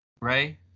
Ray